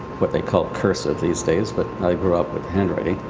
what they call cursive these days but i grew up with handwriting,